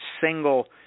single